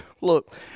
look